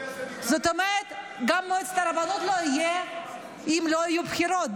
זאת אומרת שגם את מועצת הרבנות לא תהיה אם לא יהיו בחירות.